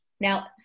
Now